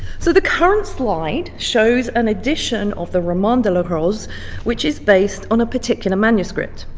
so the current slide shows an edition of the roman de la rose which is based on a particular manuscript.